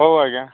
ହଉ ଆଜ୍ଞା